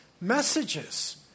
messages